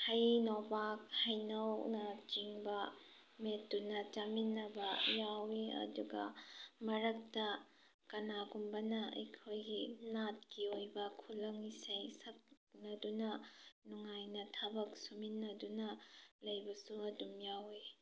ꯍꯩ ꯅꯣꯕꯥꯕ ꯍꯩꯅꯧꯅ ꯆꯤꯡꯕ ꯃꯦꯠꯇꯨꯅ ꯆꯥꯃꯤꯟꯅꯕ ꯌꯥꯎꯏ ꯑꯗꯨꯒ ꯃꯔꯛꯇ ꯀꯅꯥꯒꯨꯝꯕꯅ ꯑꯩꯈꯣꯏꯒꯤ ꯅꯥꯠꯀꯤ ꯑꯣꯏꯕ ꯈꯨꯂꯪ ꯏꯁꯩ ꯁꯛꯅꯗꯨꯅ ꯅꯨꯡꯉꯥꯏꯅ ꯊꯕꯛ ꯁꯨꯃꯤꯟꯅꯗꯨꯅ ꯂꯩꯕꯁꯨ ꯑꯗꯨꯝ ꯌꯥꯎꯏ